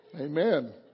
Amen